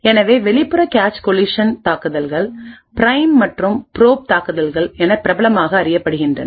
எனவே வெளிப்புற cache collision தாக்குதல்கள்பிரைம் மற்றும் ப்ரோப் தாக்குதல்கள் என பிரபலமாக அறியப்படுகின்றன